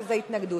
שזה התנגדות.